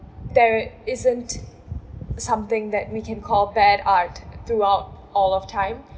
there isn't something that we can call bad art throughout all of time